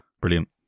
Brilliant